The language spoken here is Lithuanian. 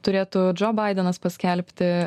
turėtų džo baidenas paskelbti